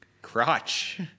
Crotch